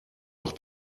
auch